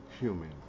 human